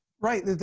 Right